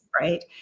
Right